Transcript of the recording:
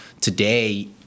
today